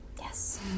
Yes